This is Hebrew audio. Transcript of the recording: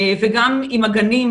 וגם עם הגנים,